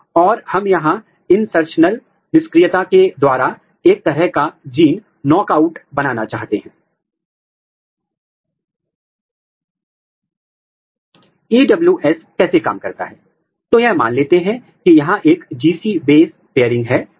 संकरण के लिए जाने से पहले ऊतकों के साथ कुछ उपचार होते हैं और एक बहुत महत्वपूर्ण उपचार प्रोटीनएज़ K उपचार है यह बेहतर प्रोब पेनिट्रेशन की अनुमति देने के लिए ऊतक को आंशिक रूप से पचाने के लिए महत्वपूर्ण है